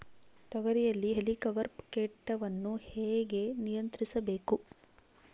ತೋಗರಿಯಲ್ಲಿ ಹೇಲಿಕವರ್ಪ ಕೇಟವನ್ನು ಹೇಗೆ ನಿಯಂತ್ರಿಸಬೇಕು?